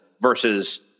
versus